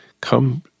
come